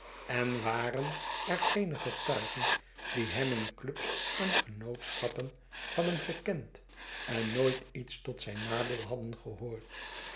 en waren er geene getuigen die hem in clubs en genootschappen hadden gekend en nooit iets tot zijn nadeel hadden gehoord